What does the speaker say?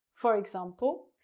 for example,